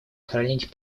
хранить